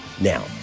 Now